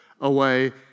away